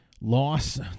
loss